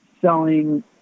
selling